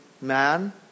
man